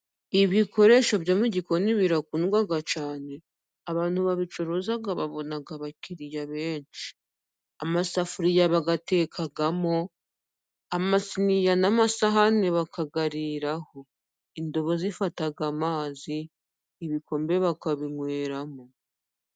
Ibikoresho byo mu gikoni birakundwa cyane. Abantu babicuruza babona abakiriya benshi. Amasafuriya bayatekamo, amasiniya n'amasahani bakayariraho. Indobo zifata amazi, ibikombe bakabinyweramo.